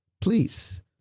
Please